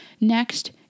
Next